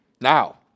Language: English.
Now